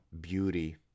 beauty